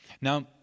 Now